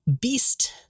Beast-